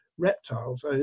reptiles